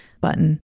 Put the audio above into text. button